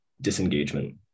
disengagement